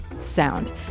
sound